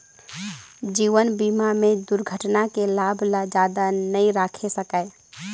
जीवन बीमा में दुरघटना के लाभ ल जादा नई राखे सकाये